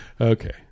okay